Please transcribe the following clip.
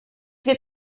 wird